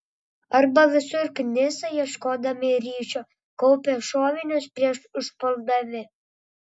arba visur knisa ieškodami ryšio kaupia šovinius prieš užpuldami